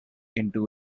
into